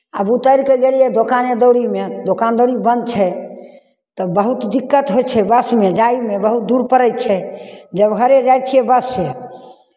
आब उतरि कऽ गेलियै दोकाने दौरीमे दोकान दौरी बन्द छै तऽ बहुत दिक्कत होइ छै बसमे जायमे बहुत दूर पड़ै छै जब घरे जाइ छियै बससँ